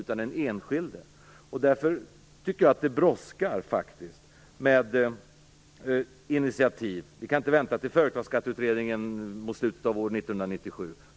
Därför tycker jag faktiskt att det brådskar med initiativ. Vi kan inte vänta på att Företagsskatteutredningen blir klar mot slutet av år 1997.